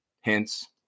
hence